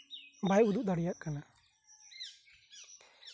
ᱵᱟᱭ ᱩᱫᱩᱜ ᱫᱟᱲᱮᱭᱟᱜ ᱠᱟᱱᱟ